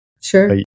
sure